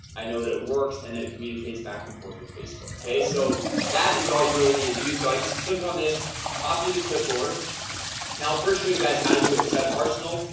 i know that it works and that it communicates back and forth with facebook okay, so that is all you really need to do, so i just click on this copy the clipboard now first show you guys how to do it inside of arsenal?